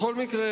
בכל מקרה,